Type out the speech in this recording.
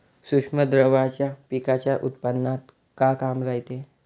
सूक्ष्म द्रव्याचं पिकाच्या उत्पन्नात का काम रायते?